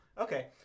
Okay